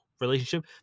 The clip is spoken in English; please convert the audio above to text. relationship